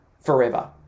forever